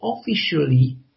officially